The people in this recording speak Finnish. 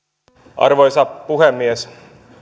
arvoisa puhemies